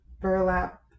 burlap